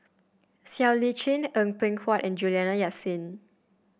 Siow Lee Chin Eng Png Huat and Juliana Yasin